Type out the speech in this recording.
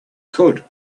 could